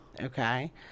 okay